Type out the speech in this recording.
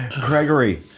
Gregory